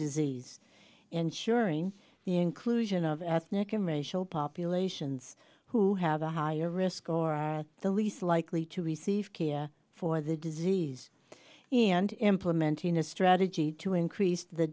disease ensuring the inclusion of ethnic and racial populations who have a higher risk or the least likely to receive care for the disease and implementing a strategy to increase the